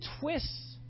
twists